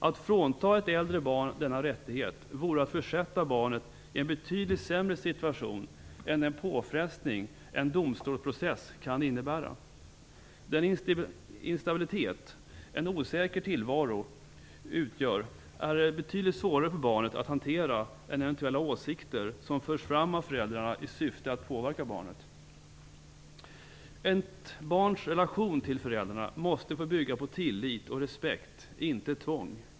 Att frånta ett äldre barn denna rättighet vore att försätta barnet i en betydligt sämre situation än den påfrestning en domstolsprocess kan innebära. Den instabilitet en osäker tillvaro utgör är betydligt svårare för barnet att hantera än eventuella åsikter som förs fram av föräldrarna i syfte att påverka barnet. Ett barns relation till föräldrarna måste bygga på tillit och respekt, inte tvång.